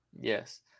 Yes